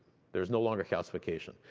there's no longer calcification.